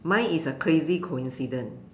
mine is a crazy coincidence